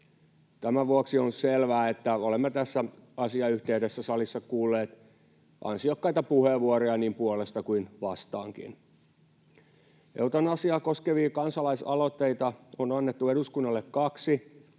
Tämän vuoksi on selvää, että olemme tässä asiayhteydessä salissa kuulleet ansiokkaita puheenvuoroja niin puolesta kuin vastaankin. Eutanasiaa koskevia kansalaisaloitteita on annettu eduskunnalle kaksi: